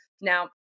Now